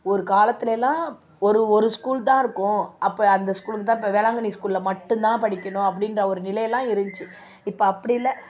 ஒரு காலத்திலலாம் ஒரு ஒரு ஸ்கூல் தான் இருக்கும் அப்போ அந்த ஸ்கூலுக்கு தான் இப்போ வேளாங்கண்ணி ஸ்கூலில் மட்டுந்தான் படிக்கணும் அப்படின்ற ஒரு நிலையெல்லாம் இருந்துச்சி இப்போ அப்படி இல்லை